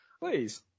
Please